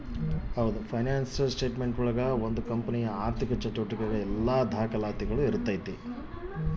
financial statement ಒಳಗ ಒಂದು ಕಂಪನಿಯ ಆರ್ಥಿಕ ಚಟುವಟಿಕೆಗಳ ದಾಖುಲುಗಳು ಇರ್ತೈತಿ